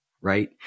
right